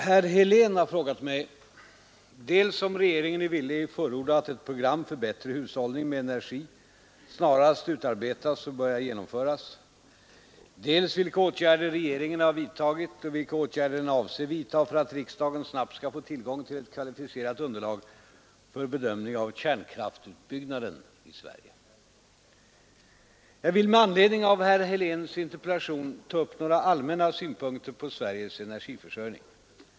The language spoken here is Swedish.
Herr talman! Herr Helén har frågat mig, dels om regeringen är villig förorda att ett program för bättre hushållning med energi snarast utarbetas och börjar genomföras, dels vilka åtgärder regeringen har vidtagit och vilka åtgärder den avser vidta för att riksdagen snabbt skall få tillgång till ett kvalificerat underlag för bedömning av kärnkraftsutbyggnaden i Sverige. Jag vill med anledning av herr Heléns interpellation ta upp några allmänna synpunkter på Sveriges energiförsörjning.